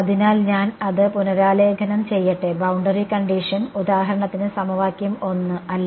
അതിനാൽ ഞാൻ അത് പുനരാലേഖനം ചെയ്യട്ടെ ബൌണ്ടറി കണ്ടിഷൻ ഉദാഹരണത്തിന് സമവാക്യം 1 അല്ലേ